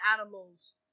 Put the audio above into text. animals